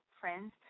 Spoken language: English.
friends